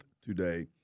today